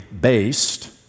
based